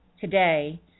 today